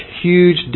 huge